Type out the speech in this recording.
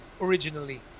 originally